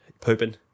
pooping